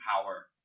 power